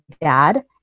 dad